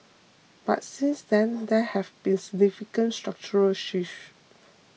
but since then there have been significant structural shift